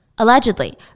Allegedly